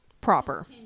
Proper